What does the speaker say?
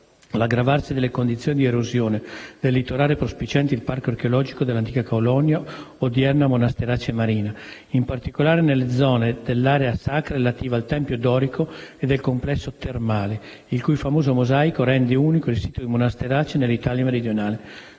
l'aggravarsi delle condizioni di erosione del litorale prospiciente il Parco archeologico dell'antica Kaulonia, odierna Monasterace Marina, in particolare nelle zone dell'area sacra relativa al tempio dorico e del complesso termale, il cui famoso mosaico rende unico il sito di Monasterace nell'Italia meridionale